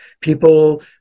People